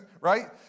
right